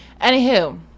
Anywho